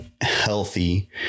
healthy